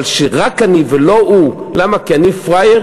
אבל שרק אני ולא הוא, למה, כי אני פראייר?